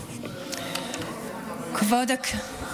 כנסת נכבדה,